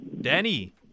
Danny